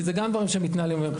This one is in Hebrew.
כי זה גם דברים שמתנהלים היום.